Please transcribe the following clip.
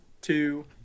two